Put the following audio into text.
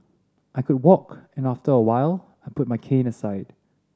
I could walk and after a while I put my cane aside